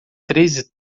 treze